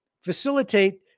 facilitate